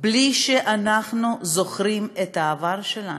בלי שאנחנו זוכרים את העבר שלנו,